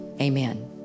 amen